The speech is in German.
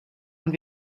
und